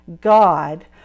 God